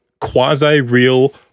quasi-real